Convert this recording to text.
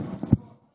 שלוש דקות.